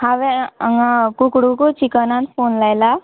हांवें हांगा कुकडूकू चिकनाक फोन लायला